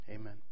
Amen